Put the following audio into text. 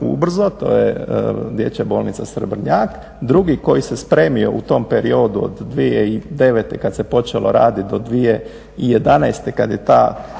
ubrzo. To je dječja bolnica Srebrnjak. Drugi koji se spremio u tom periodu od 2009. kad se počelo raditi do 2011. kad su ti